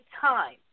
time